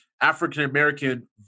African-American